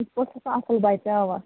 اِتھ پٲٹھۍ چھُ سُہ اَصٕل بَچہٕ اَوا